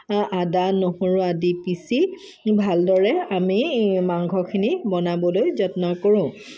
আদা নহৰু আদি পিচি ভালদৰে আমি মাংসখিনি বনাবলৈ যত্ন কৰোঁ